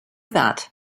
that